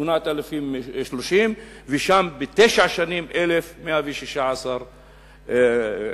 ושם בתשע שנים 1,116 מגרשים.